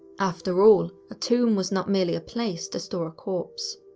after all, a tomb was not merely a place to store a corpse.